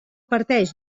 parteix